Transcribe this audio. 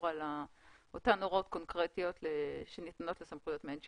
על אותן הוראות קונקרטיות שניתנות לסמכויות מעין שיפוטיות.